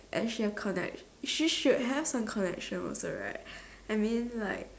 as she connection she should have a connection also right I mean like